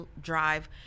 drive